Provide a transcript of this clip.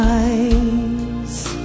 eyes